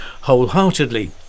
wholeheartedly